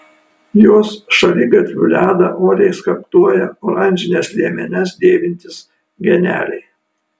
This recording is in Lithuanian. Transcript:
jos šaligatvių ledą uoliai skaptuoja oranžines liemenes dėvintys geneliai